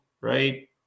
Right